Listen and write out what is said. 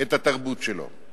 את התרבות שלו.